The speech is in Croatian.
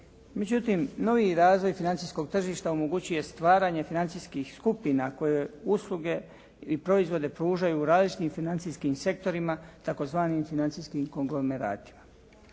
Međutim novi razvoj financijskog tržišta omogućuje stvaranje financijskih skupina kojoj usluge ili proizvode pružaju različiti financijskim sektorima tzv. financijskim konglomeratima.